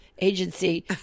agency